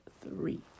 three